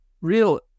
real